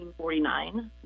1949